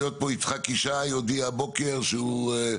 יצחק ישי, הודיע הבוקר שהוא לא.